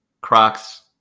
crocs